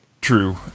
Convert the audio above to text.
True